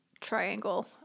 triangle